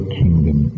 kingdom